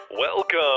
Welcome